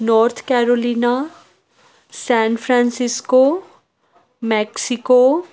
north carolina San Francisco Mexico